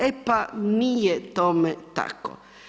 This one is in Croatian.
E pa nije tome tako.